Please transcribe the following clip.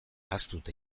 ahaztuta